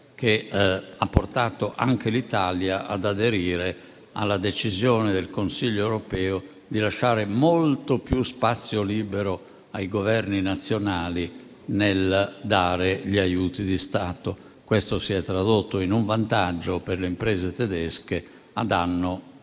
che ha portato anche l'Italia ad aderire alla decisione del Consiglio europeo di lasciare molto più spazio libero ai Governi nazionali nel dare aiuti di Stato. Questo si è tradotto in un vantaggio per le imprese tedesche, a danno